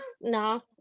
No